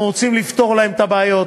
אנחנו רוצים לפתור להם את הבעיות,